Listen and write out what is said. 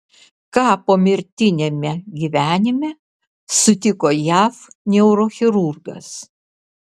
ką pomirtiniame gyvenime sutiko jav neurochirurgas